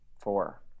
four